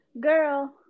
Girl